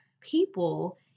people